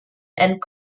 and